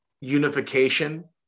unification